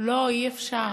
לא, אי-אפשר.